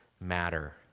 matter